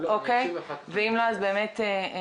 אקשיב ואחר כך אגיד.